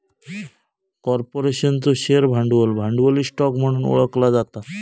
कॉर्पोरेशनचो शेअर भांडवल, भांडवली स्टॉक म्हणून ओळखला जाता